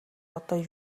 одоо